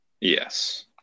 Yes